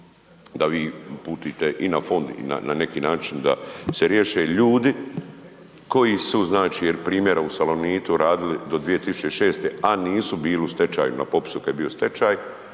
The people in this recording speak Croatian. da vi uputite i na fond i na neki način da se riješe ljudi koji su znači jer primjera u Salonitu radili do 2006. a nisu bili u stečaju na popisu kad je bio stečaj,